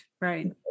Right